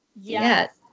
Yes